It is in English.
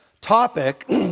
topic